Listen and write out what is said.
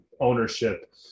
ownership